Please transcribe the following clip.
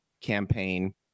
campaign